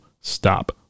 stop